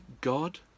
God